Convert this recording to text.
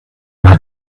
hat